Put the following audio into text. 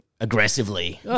Aggressively